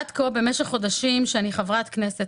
עד כה במשך חודשים שאני חברת כנסת,